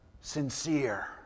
sincere